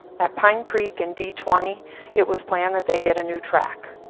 at pine creek and d twenty it was planned that they get a new track.